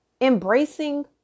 Embracing